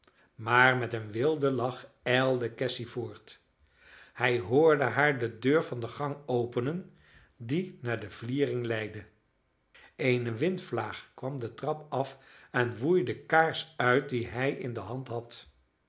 maar met een wilden lach ijlde cassy voort hij hoorde haar de deur van de gang openen die naar de vliering leidde eene windvlaag kwam de trap af en woei de kaars uit die hij in de hand had